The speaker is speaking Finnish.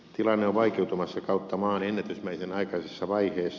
tilanne on vaikeutumassa kautta maan ennätysmäisen aikaisessa vaiheessa